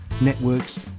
networks